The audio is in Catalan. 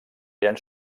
eren